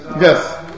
Yes